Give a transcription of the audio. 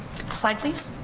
slide please.